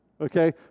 Okay